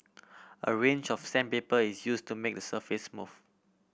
a range of sandpaper is use to make the surface smooth